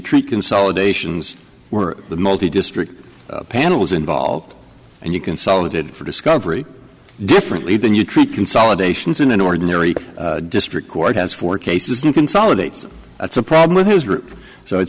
treat consolidations were the multi district panels involved and you consolidated for discovery differently than you treat consolidations in an ordinary district court has four cases in consolidates that's a problem with his